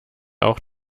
auch